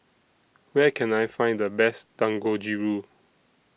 Where Can I Find The Best Dangojiru